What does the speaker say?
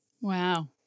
Wow